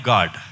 God